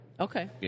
Okay